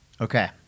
Okay